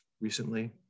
recently